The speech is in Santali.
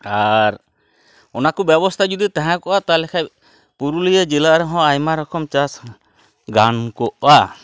ᱟᱨ ᱚᱱᱟᱠᱚ ᱵᱮᱵᱚᱛᱟ ᱡᱩᱫᱤ ᱛᱮᱦᱮᱸᱠᱚᱜᱼᱟ ᱛᱟᱦᱚᱞᱮ ᱠᱷᱟᱱ ᱯᱩᱨᱩᱞᱤᱭᱟᱹ ᱡᱮᱞᱟ ᱨᱮᱦᱚᱸ ᱟᱭᱢᱟ ᱨᱚᱠᱚᱢ ᱪᱟᱥ ᱜᱟᱱᱠᱚᱜᱼᱟ